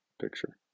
picture